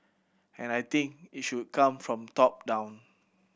and I think it should come from top down